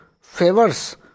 favors